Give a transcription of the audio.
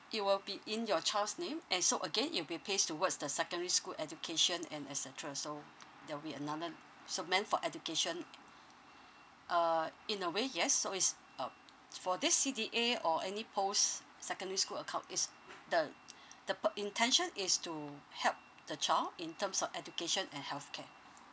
it will be in your child's name and so again it'll be placed towards the secondary school education and et cetera so there'll be another so meant for education uh in a way yes so is um for this C_D_A or any post secondary school account is the the pu~ intention is to help the child in terms of education and healthcare